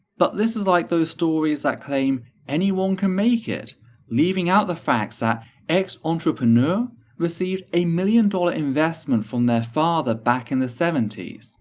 but this is like those stories that claim anyone can make it leaving out the fact that x entrepreneur received a million dollar investment from their father back in the seventy s.